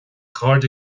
chairde